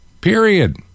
Period